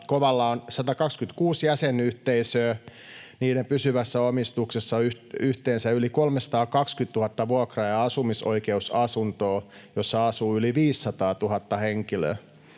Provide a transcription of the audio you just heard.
KOVAlla on 126 jäsenyhteisöä, niiden pysyvässä omistuksessa on yhteensä yli 320 000 vuokra- ja asumisoikeusasuntoa, joissa asuu yli 500 000 henkilöä.